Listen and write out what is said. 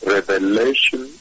Revelation